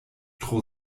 tro